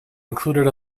included